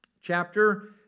chapter